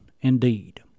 indeed